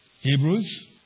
Hebrews